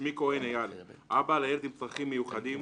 שמי כהן אייל, אבא לילד עם צרכים מיוחדים,